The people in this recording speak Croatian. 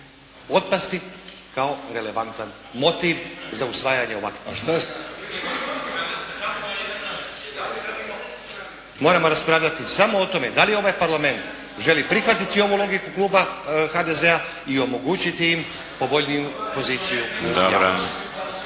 Otpasti kao relevantan motiv za usvajanje ovakvoga … …/Upadica se ne čuje./… Moramo raspravljati samo o tome da li ovaj Parlament želi prihvatiti ovu logiku kluba HDZ-a i omogućiti im povoljniju poziciju